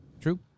True